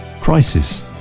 crisis